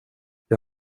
jag